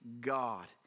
God